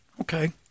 Okay